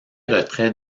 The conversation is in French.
retrait